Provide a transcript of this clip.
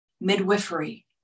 midwifery